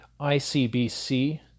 ICBC